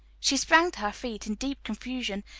she sprang to her feet in deep confusion,